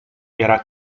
era